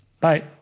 Bye